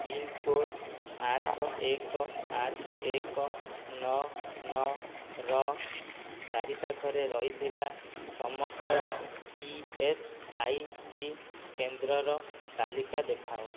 pin code ଆଠ ଏକ ଆଠ ଏକ ନଅ ନଅର ଚାରିପାଖରେ ରହିଥିବା ସମସ୍ତ ଇ ଏସ୍ ଆଇ ସି କେନ୍ଦ୍ରର ତାଲିକା ଦେଖାଅ